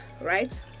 right